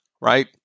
right